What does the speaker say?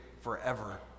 forever